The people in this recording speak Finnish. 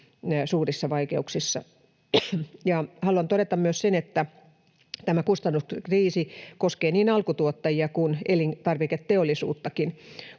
suurissa vaikeuksissa. Haluan todeta myös sen, että tämä kustannuskriisi koskee niin alkutuottajia kuin elintarviketeollisuuttakin.